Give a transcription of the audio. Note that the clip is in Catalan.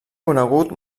conegut